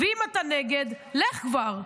ואם אתה נגד, לך כבר.